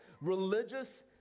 religious